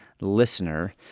listener